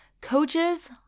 coaches